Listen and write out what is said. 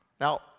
Now